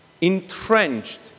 entrenched